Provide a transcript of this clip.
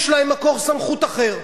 יש להם מקור סמכות אחר,